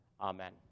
Amen